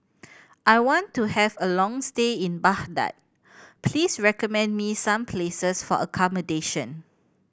I want to have a long stay in Baghdad please recommend me some places for accommodation